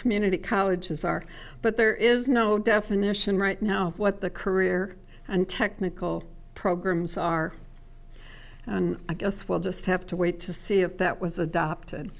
community colleges are but there is no definition right now what the career and technical programs are i guess we'll just have to wait to see if that was adopted